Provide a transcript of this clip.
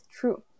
true